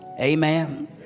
Amen